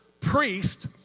priest